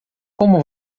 como